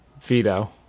Veto